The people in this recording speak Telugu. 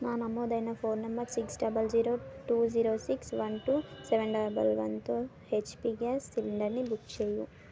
నా నమోదైన phone number six double zero two zero six one two seven double వన్తో హెచ్పి గ్యాస్ సిలిండర్ని బుక్ చేయు